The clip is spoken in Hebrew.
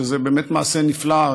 שזה באמת מעשה נפלא,